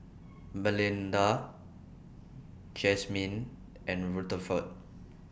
Malinda Jazmyne and Rutherford